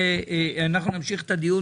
אנחנו נמשיך את הדיון,